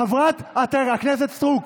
חברת הכנסת סטרוק.